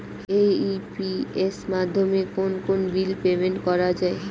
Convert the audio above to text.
AEPS মাধ্যমে কোন কোন বিল পেমেন্ট করা যায়?